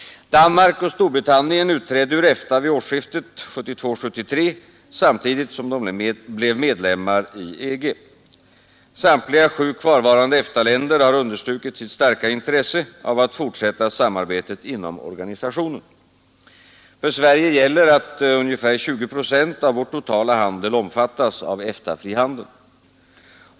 Danmark och Storbritannien utträdde ur EFTA vid årsskiftet 1972-1973 samtidigt som de blev medlemmar i EG. Samtliga sju kvarvarande EFTA-länder har understrukit sitt starka intresse av att fortsätta samarbetet inom organisationen. För Sverige gäller att ungefär 20 procent av vår totala handel omfattas av EFTA-frihandeln.